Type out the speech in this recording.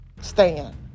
stand